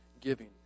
giving